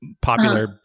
popular